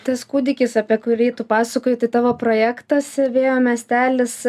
tas kūdikis apie kurį tu pasakojai tai tavo projektas vėjo miestelis